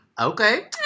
okay